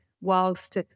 whilst